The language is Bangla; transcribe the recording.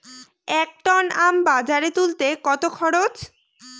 এক টন আম বাজারে তুলতে কত খরচ?